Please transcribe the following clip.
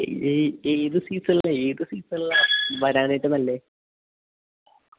ഈ ഏത് സീസണിലാണ് ഏത് സീസണിലാണ് വരാനായിട്ട് നല്ലത്